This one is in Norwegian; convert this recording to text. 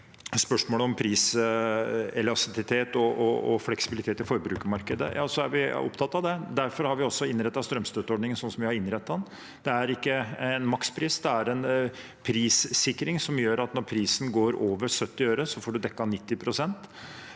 spørsmålet om priselastisitet og fleksibilitet i forbrukermarkedet, er vi opptatt av det. Derfor har vi innrettet strømstøtteordningen slik vi har innrettet den. Det er ikke en makspris, det er en prissikring, som gjør at når prisen går over 70 øre, får man dekket 90 pst.